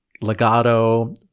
legato